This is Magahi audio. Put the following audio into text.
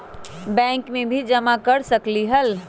बैंक में भी जमा कर सकलीहल?